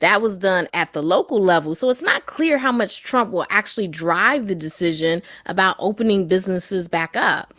that was done at the local level. so it's not clear how much trump will actually drive the decision about opening businesses back up